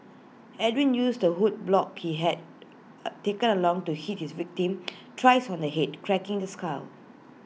Edwin used the wood block he had taken along to hit his victim thrice on the Head cracking this skull